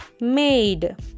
Made